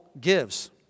gives